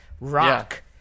rock